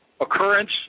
occurrence